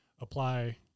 apply